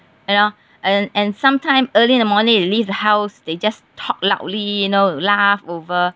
you know and and sometime early in the morning they leave the house they just talk loudly you know laugh over